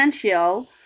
potential